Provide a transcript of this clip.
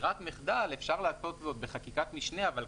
כברירת מחדל אפשר לעשות זאת בחקיקת משנה אבל,